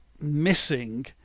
missing